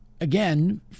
again